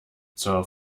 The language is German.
zur